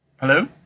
Hello